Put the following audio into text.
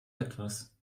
etwas